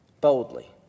boldly